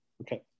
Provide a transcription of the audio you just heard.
Okay